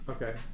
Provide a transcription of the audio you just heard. Okay